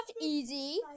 easy